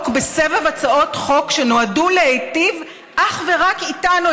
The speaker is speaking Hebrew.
בסבב הצעות חוק שנועדו להיטיב אך ורק איתנו,